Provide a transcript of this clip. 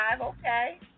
okay